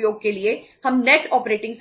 बारे में